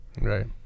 Right